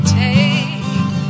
take